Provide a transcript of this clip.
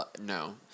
no